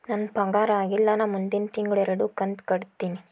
ನನ್ನ ಪಗಾರ ಆಗಿಲ್ಲ ನಾ ಮುಂದಿನ ತಿಂಗಳ ಎರಡು ಕಂತ್ ಕಟ್ಟತೇನಿ